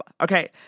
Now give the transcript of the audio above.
okay